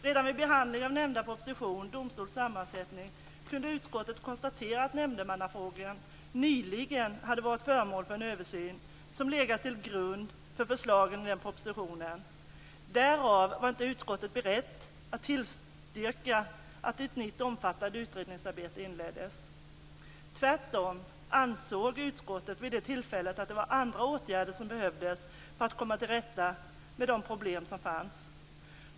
Redan vid behandling av nämnda proposition, Domstols sammansättning, kunde utskottet konstatera att nämndemannafrågorna nyligen hade varit föremål för en översyn som legat till grund för förslagen i den propositionen. Därav var inte utskottet berett att tillstyrka att ett nytt omfattande utredningsarbete inleddes. Tvärtom ansåg utskottet vid det tillfället att det var andra åtgärder som behövdes för att komma till rätta med de problem som fanns.